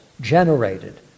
generated